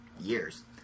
years